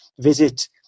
visit